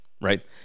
right